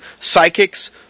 psychics